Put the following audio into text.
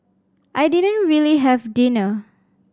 I didn't really have dinner